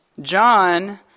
John